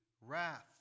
wrath